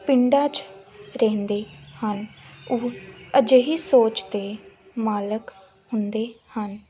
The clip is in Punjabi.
ਪਿੰਡਾਂ 'ਚ ਰਹਿੰਦੇ ਹਨ ਉਹ ਅਜਿਹੀ ਸੋਚ ਦੇ ਮਾਲਕ ਹੁੰਦੇ ਹਨ